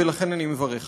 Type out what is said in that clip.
ולכן אני מברך עליו.